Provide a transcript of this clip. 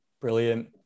Brilliant